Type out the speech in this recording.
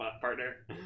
partner